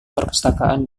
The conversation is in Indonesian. perpustakaan